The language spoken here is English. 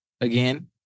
again